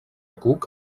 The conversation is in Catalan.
cook